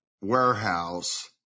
warehouse